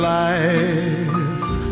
life